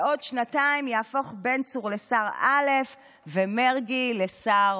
בעוד שנתיים יהפוך בן צור לשר א' ומרגי, לשר